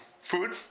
Food